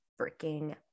freaking